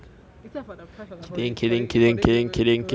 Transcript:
is that for the price of the holy holy holy grail google drive